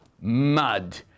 Mud